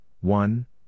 one